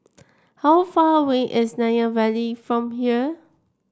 how far away is Nanyang Valley from here